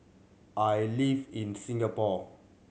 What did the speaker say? I live in Singapore